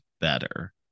better